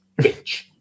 Bitch